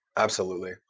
absolutely.